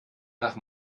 nach